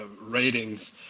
ratings